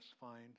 find